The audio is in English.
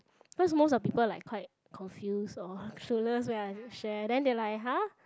cause most of people like quite confused or clueless one not sure then they were like !huh!